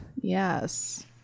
Yes